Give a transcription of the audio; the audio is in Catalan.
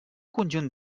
conjunt